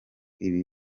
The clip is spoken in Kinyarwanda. ibihe